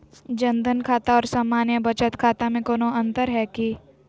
जन धन खाता और सामान्य बचत खाता में कोनो अंतर है की?